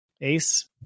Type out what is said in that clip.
ace